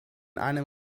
einem